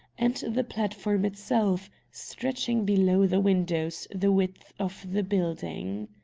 and the platform itself, stretching below the windows the width of the building.